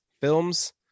Films